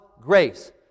grace